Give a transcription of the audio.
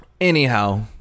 Anyhow